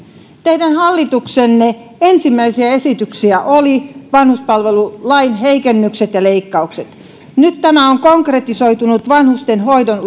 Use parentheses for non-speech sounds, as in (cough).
teidän hallituksenne ensimmäisiä esityksiä oli vanhuspalvelulain heikennykset ja leikkaukset nyt tämä on konkretisoitunut vanhustenhoidon (unintelligible)